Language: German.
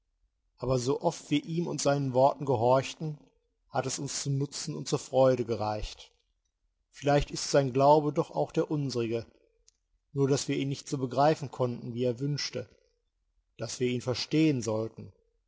aber so oft wir ihm und seinen worten gehorchten hat es uns zum nutzen und zur freude gereicht vielleicht ist sein glaube doch auch der unserige nur daß wir ihn nicht so begreifen konnten wie er wünschte daß wir ihn verstehen sollten